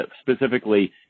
specifically